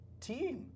team